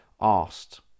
asked